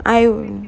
I will